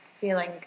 feeling